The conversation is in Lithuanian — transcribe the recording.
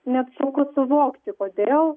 net sunku suvokti kodėl